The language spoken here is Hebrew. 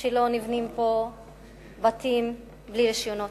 שלא נבנים בהם בתים בלי רשיונות.